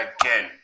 again